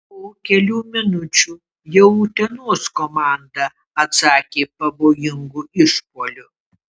po kelių minučių jau utenos komanda atsakė pavojingu išpuoliu